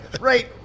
Right